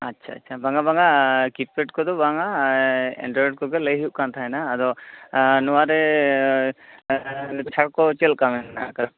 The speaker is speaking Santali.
ᱟᱪᱪᱷᱟ ᱟᱪᱪᱷᱟ ᱵᱟᱝᱼᱟ ᱵᱟᱝᱼᱟ ᱠᱤᱯᱮᱰ ᱠᱚᱫᱚ ᱵᱟᱝᱼᱟ ᱮᱱᱰᱨᱚᱭᱮᱰ ᱠᱚᱜᱮ ᱞᱟ ᱭ ᱦᱩᱭᱩᱜ ᱠᱟᱱ ᱛᱟᱦᱮᱱᱟ ᱟᱫᱚ ᱱᱚᱣᱟᱨᱮ ᱪᱷᱟᱰ ᱠᱚ ᱪᱮᱫᱞᱮᱠᱟ ᱢᱮᱱᱟᱜ ᱟᱠᱟᱫᱟ